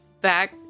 back